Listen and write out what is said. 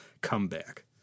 comeback